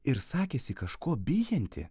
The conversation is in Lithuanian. ir sakėsi kažko bijanti